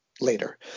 later